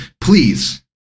Please